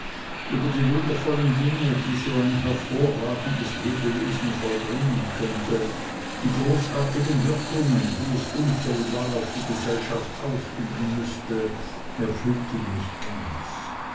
über die wundervollen dinge die so ein hervorragendes lebewesen vollbringen könnte die großartigen wirkungen die es unfehlbar auf die gesellschaft ausüben müßte erfüllten mich ganz